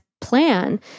plan